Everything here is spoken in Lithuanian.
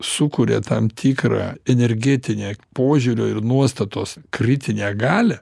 sukuria tam tikrą energetinę požiūrio ir nuostatos kritinę galią